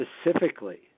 specifically